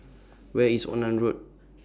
Where IS Onan Road